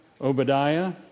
Obadiah